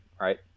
right